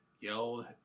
yelled